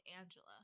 Angela